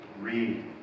read